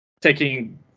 taking